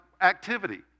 activity